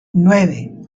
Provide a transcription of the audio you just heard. nueve